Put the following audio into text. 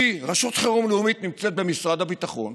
כי רשות חירום לאומית נמצאת במשרד הביטחון